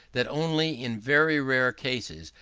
that only in very rare cases,